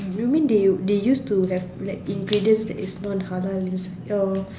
you mean they they used to have ingredients that is non halal inside your